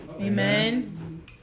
Amen